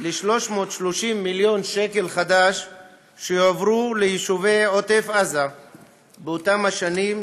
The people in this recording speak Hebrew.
על 330 מיליון ש"ח שיועברו ליישובי עוטף-עזה באותן שנים,